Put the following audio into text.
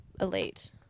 elite